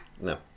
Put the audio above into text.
No